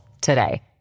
today